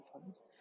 funds